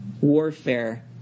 warfare